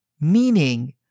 Meaning